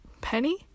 penny